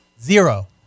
Zero